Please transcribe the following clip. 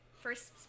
first